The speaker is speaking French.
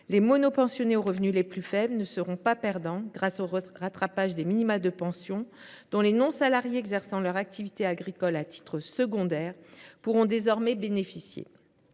Les monopensionnés aux revenus les plus faibles ne seront pas perdants, grâce au rattrapage des de pension, dont les non salariés exerçant leur activité agricole à titre secondaire pourront désormais bénéficier.